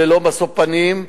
ללא משוא פנים,